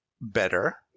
better